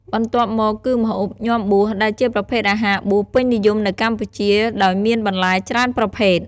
បន្ទាប់មកគឺម្ហូប “ញាំបួស” ដែលជាប្រភេទអាហារបួសពេញនិយមនៅកម្ពុជា ដោយមានបន្លែច្រើនប្រភេទ។